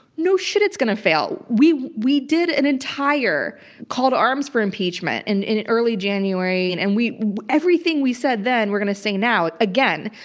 no shit, it's going to fail. we we did an entire called arms for impeachment and in early january, and and we everything we said then we're going to say now, again,